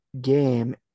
game